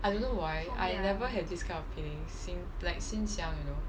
I don't know why I never have this kind of feeling since like since young you know